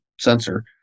sensor